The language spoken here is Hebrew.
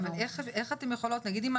מה